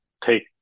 take